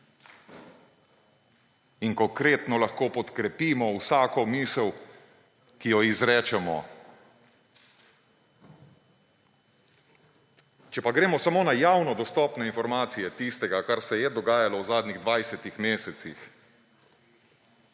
in konkretno lahko podkrepimo vsako misel, ki jo izrečemo. Če pa gremo samo na javno dostopne informacije tistega, kar se je dogajalo v zadnjih 20 mesecih,